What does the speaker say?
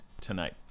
tonight